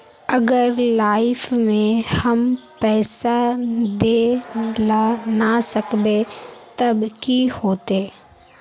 अगर लाइफ में हम पैसा दे ला ना सकबे तब की होते?